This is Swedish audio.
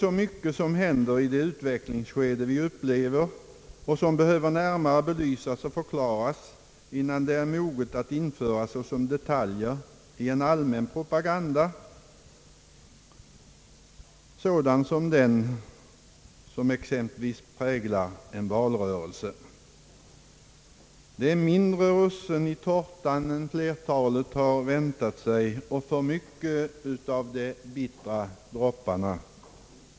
Det händer så mycket i det utvecklingsskede vi nu upplever som behöver närmare belysas och förklaras innan det är moget att införas såsom detaljer i en allmän propaganda, som den vilken exempelvis präglar valrörelser. Det är mindre russin i tårtan än flertalet väntat sig, och det är för mycket av de bittra dropparna.